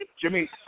Jimmy